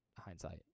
hindsight